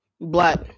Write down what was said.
black